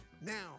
now